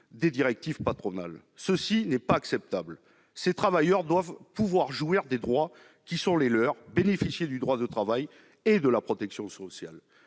des directives patronales. Cela n'est pas acceptable ! Ces travailleurs doivent pouvoir jouir des droits qui sont les leurs. Ils doivent bénéficier du droit du travail et de la protection sociale.